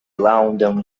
loudoun